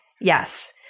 Yes